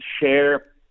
share